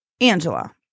Angela